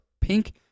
pink